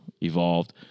evolved